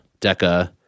Deca